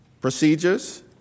procedures